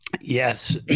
Yes